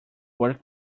work